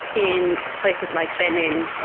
in places like benin,